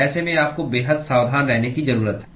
ऐसे में आपको बेहद सावधान रहने की जरूरत है